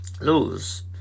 Lose